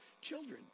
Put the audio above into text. children